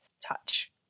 touch